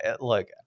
Look